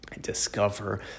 discover